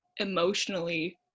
emotionally